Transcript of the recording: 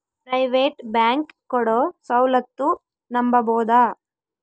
Private bank ಕೊಡೊ ಸೌಲತ್ತು ನಂಬಬೋದ?